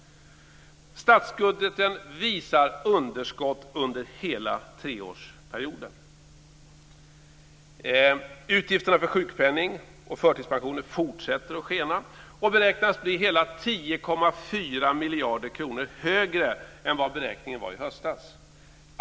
Statsbudgeten visar underskott under hela treårsperioden. Utgifterna för sjukpenningen och förtidspensionerna fortsätter att skena. De beräknas bli hela 10,4 miljarder kronor högre än vad beräkningen var i höstas.